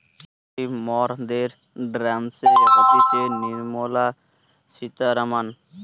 এখন অর্থনীতি মন্ত্রী মরদের ড্যাসে হতিছে নির্মলা সীতারামান